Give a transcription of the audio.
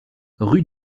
rue